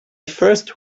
first